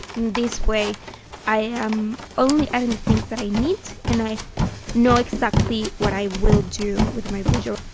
this way i am only adding things that i need and i know exactly what i will do with my bujo